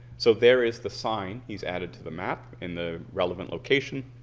so there is the sign he's added to the map and the relevant location